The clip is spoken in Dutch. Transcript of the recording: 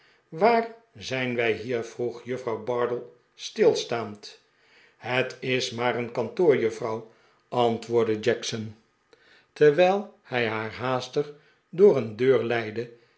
waar zijn wij hier vroeg juffrouw bardell stilstaand het is maar een kantoor juffrouw antwoordde jackson terwijl hij haar haastig door een deur leidde